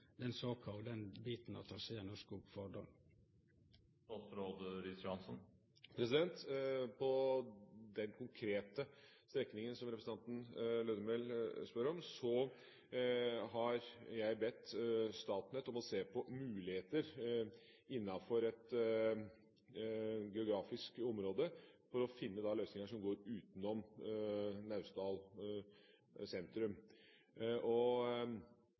den saka og den biten av traseen Ørskog–Fardal? Når det gjelder den konkrete strekningen som representanten Lødemel spør om, har jeg bedt Statnett om å se på muligheter innenfor et geografisk område for å finne løsninger som går utenom Naustdal sentrum.